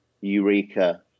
eureka